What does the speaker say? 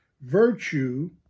virtue